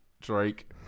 Drake